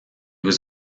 was